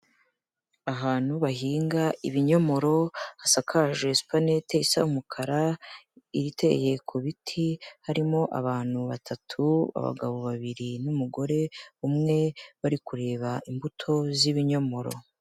Ahantu bahinga ibinyomoro, hasakaje supanete isa umukara, iteye ku biti, harimo abantu batatu abagabo babiri n'umugore umwe, bari kureba imbuto z'ibinyomoro.